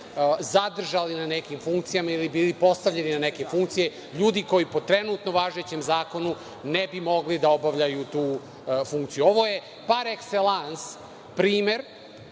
zadržali na nekim funkcijama ili bili postavljeni na neke funkcije, ljudi koji po trenutno važećem zakonu ne bi mogli da obavljaju tu funkciju. Ovo je par ekselans primer